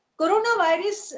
coronavirus